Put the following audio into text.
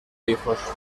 hijos